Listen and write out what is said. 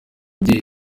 mubyeyi